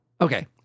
Okay